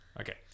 Okay